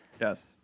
Yes